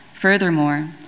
furthermore